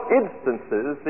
instances